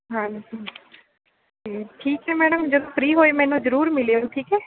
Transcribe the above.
ਹਾਂਜੀ ਠੀਕ ਹੈ ਮੈਡਮ ਜਦੋਂ ਫਰੀ ਹੋਏ ਮੈਨੂੰ ਜ਼ਰੂਰ ਮਿਲਿਓ ਠੀਕ ਹੈ